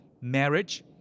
marriage